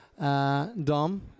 Dom